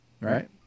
right